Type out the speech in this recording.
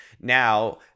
now